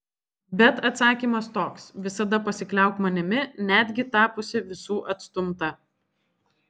bet atsakymas toks visada pasikliauk manimi netgi tapusi visų atstumta